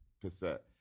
cassette